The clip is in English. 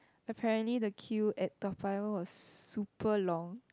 apparently the queue at Toa-Payoh was super long